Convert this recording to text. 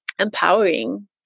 empowering